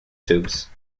tubes